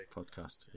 podcast